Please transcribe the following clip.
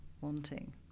wanting